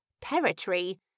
territory